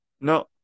No